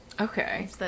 okay